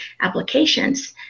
applications